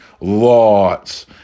Lots